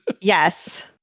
Yes